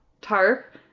tarp